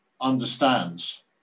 understands